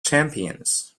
champions